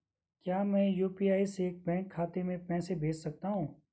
क्या मैं यु.पी.आई से बैंक खाते में पैसे भेज सकता हूँ?